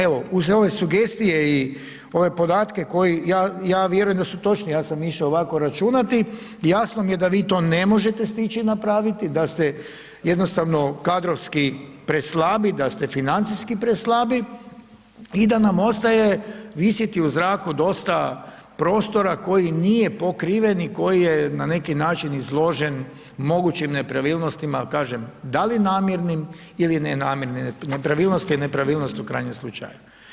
Evo uz ove sugestije i ove podatke koje ja vjerujem da su točni, ja sam išao ovako računati i jasno mi je da vi to ne možete stići napraviti, da ste jednostavno kadrovski preslabi, da ste financijski preslabi i da nam ostaje visjeti u zraku dosta prostora koji nije pokriven i koji je na neki način izložen mogućim nepravilnosti, ali kažem da li namjernim ili nenamjernim, nepravilnost je nepravilnost u krajnjem slučaju.